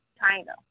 China